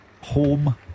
Home